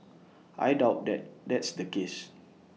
I doubt that that's the case